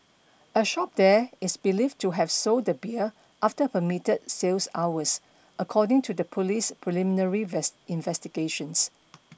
a shop there is believed to have sold the beer after permitted sales hours according to the police's preliminary investigations